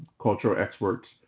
culture expert.